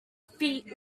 feet